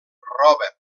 roba